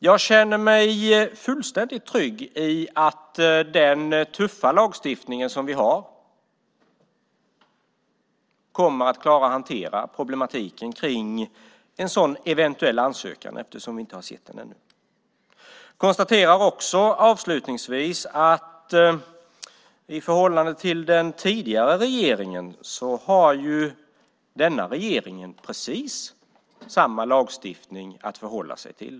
Jag känner mig fullständigt trygg i att den tuffa lagstiftning vi har kommer att klara att hantera problemen med en sådan eventuell ansökan. Vi har ju inte sett någon ännu. Jag konstaterar avslutningsvis att denna regering har precis samma lagstiftning som den tidigare regeringen att förhålla sig till.